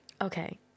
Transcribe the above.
okay